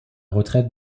retraite